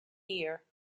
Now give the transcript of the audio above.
year